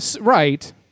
right